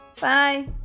Bye